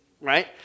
Right